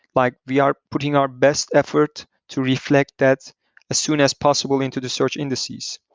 like we are putting our best effort to reflect that as soon as possible into the search indices.